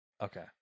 Okay